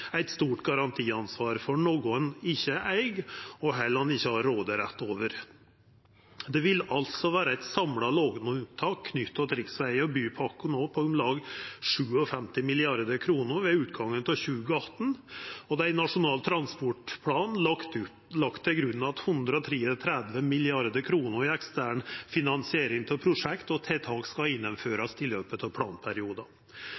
eit stort garantiansvar for noko dei ikkje eig, og heller ikkje har råderett over. Det vil altså vera eit samla låneopptak knytt til riksveg og bypakkar på om lag 57 mrd. kr ved utgangen av 2018, og det er i Nasjonal transportplan lagt til grunn 133 mrd. kr i ekstern finansiering av prosjekt og tiltak som skal